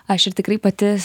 aš ir tikrai pati